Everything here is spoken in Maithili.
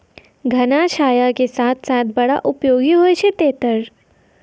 घना छाया के साथ साथ बड़ा उपयोगी होय छै तेतर